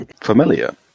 Familiar